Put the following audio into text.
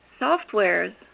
softwares